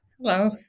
Hello